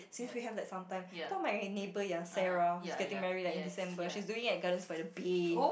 since we have that some time so my neighbour ya Sarah she's getting married like in December she's doing it at Gardens-by-the-Bay